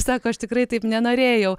sako aš tikrai taip nenorėjau